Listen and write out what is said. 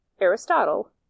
Aristotle